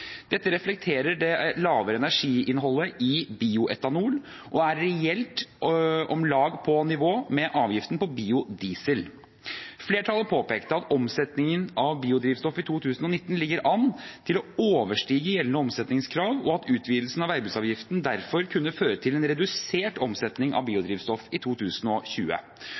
er reelt om lag på nivå med avgiften på biodiesel. Flertallet påpekte at omsetningen av biodrivstoff i 2019 lå an til å overstige gjeldende omsetningskrav, og at utvidelsen av veibruksavgiften derfor kunne føre til en redusert omsetning av biodrivstoff i 2020.